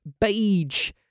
beige